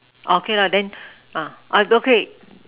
okay lah then okay